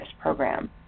program